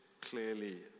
clearly